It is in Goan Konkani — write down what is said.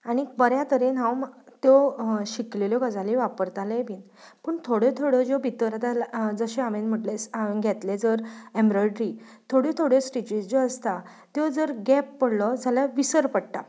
आनीक बऱ्या तरेन हांव त्यो शिकलेली गजाली वापरतालेंय बीन पूण थोड्यो थोड्यो जो भितर आतां जशें हांवें म्हणलें घेतलें जर एम्ब्रॉयडरी थोड्यो थोड्यो स्टिचीज ज्यो आसता त्यो जर गॅप पडलो जाल्यार विसर पडटा